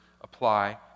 apply